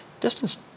Distance